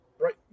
right